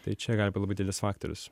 tai čia gali būt labai didelis faktorius